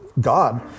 God